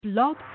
Blog